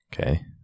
okay